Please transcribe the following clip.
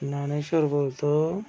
न्यानेश्वर बोलतो